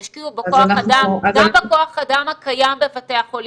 תשקיעו בכוח אדם, גם בכוח האדם הקיים בבתי החולים,